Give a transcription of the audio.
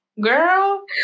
girl